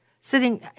sitting